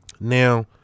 Now